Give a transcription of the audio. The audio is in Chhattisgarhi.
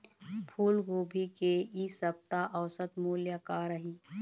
फूलगोभी के इ सप्ता औसत मूल्य का रही?